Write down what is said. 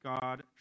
God